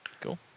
Cool